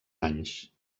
anys